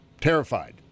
terrified